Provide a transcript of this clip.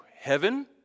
heaven